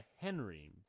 Henry